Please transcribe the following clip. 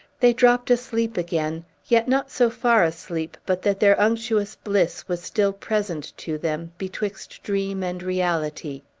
they dropt asleep again yet not so far asleep but that their unctuous bliss was still present to them, betwixt dream and reality.